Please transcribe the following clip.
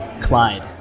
Clyde